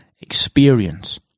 experience